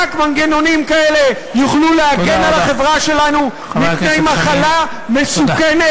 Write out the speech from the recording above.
רק מנגנונים כאלה יוכלו להגן על החברה שלנו מפני מחלה מסוכנת,